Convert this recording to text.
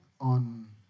on